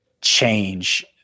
change